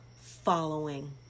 following